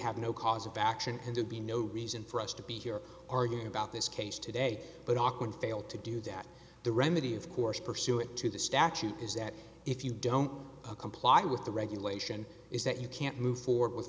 have no cause of action can be no reason for us to be here arguing about this case today but auckland fail to do that the remedy of course pursuant to the statute is that if you don't comply with the regulation is that you can't move forward with